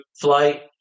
flight